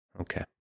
Okay